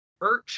Urch